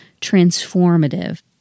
transformative